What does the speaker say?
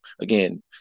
Again